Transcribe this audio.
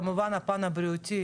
כמובן הפן הבריאותי,